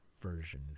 version